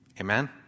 Amen